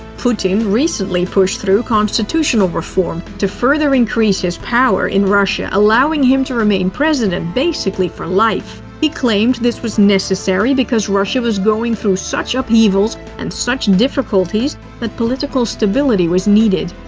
putin recently pushed through constitutional reform to further increase his power in russia, allowing him to remain president basically for life. he claimed this was necessary because russia was going through such upheavals and such difficulties that political stablity was needed.